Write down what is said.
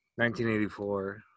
1984